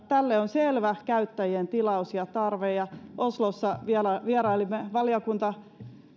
tälle on selvä käyttäjien tilaus ja tarve oslossa vierailimme valiokunnan